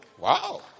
Wow